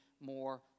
more